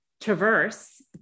traverse